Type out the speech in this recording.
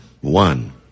one